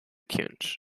tunes